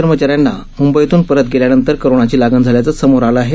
कर्मचाऱ्यांना मुंबईतून परत गेल्यानंतर कोरोनाची लागण झाल्याचं समोर आलं आहे